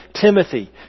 Timothy